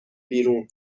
بیرون